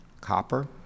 copper